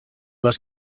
must